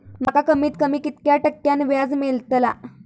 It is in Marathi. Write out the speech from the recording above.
माका कमीत कमी कितक्या टक्क्यान व्याज मेलतला?